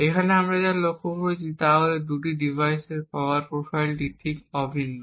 আমরা এখানে যা লক্ষ্য করেছি তা হল এই দুটি ডিভাইসের পাওয়ার প্রোফাইলটি ঠিক অভিন্ন